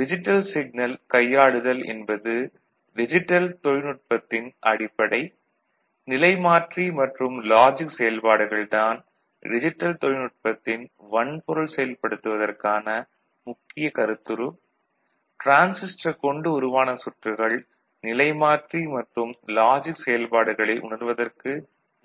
digital signal கையாளுதல் என்பது digital தொழில்நுட்பத்தின் அடிப்படை நிலைமாற்றி மற்றும் லாஜிக் செயல்பாடுகள் தான் டிஜிட்டல் தொழில்நுட்பத்தின் வன்பொருள் செயல்படுத்துவதற்கான முக்கிய கருத்துரு டிரான்சிஸ்டர் கொண்டு உருவான சுற்றுகள் நிலைமாற்றி மற்றும் லாஜிக் செயல்பாடுகளை உணர்வதற்கு